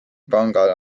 panga